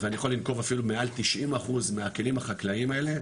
ואני יכול לנקוב אפילו - מעל 90% מהכלים החקלאיים האלה,